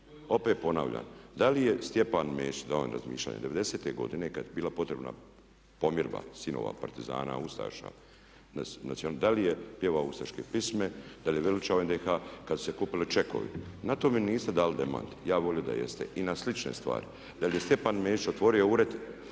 Opet ponavljam, da li je Stjepan Mesić …/Ne razumije se./… '90. godine kad je bila potrebna pomirba sinova partizana i ustaša da li je pjevao ustaške pjesme, da li je veličao NDH kad su se kupili čekovi? Na to mi niste dali demanti, ja bih volio da jeste, i na slične stvari. Da li je Stjepan Mesić otvorio ured